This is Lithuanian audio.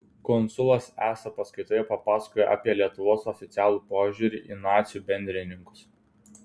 konsulas esą paskaitoje papasakojo apie lietuvos oficialų požiūrį į nacių bendrininkus